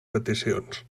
peticions